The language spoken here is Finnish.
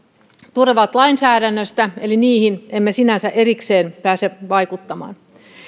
tulevat lainsäädännöstä eli niihin emme sinänsä erikseen pääse vaikuttamaan